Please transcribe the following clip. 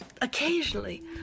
Occasionally